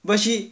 but she